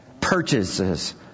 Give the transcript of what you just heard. Purchases